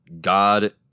God